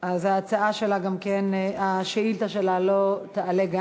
אז גם השאילתה שלה לא תעלה.